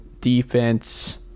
defense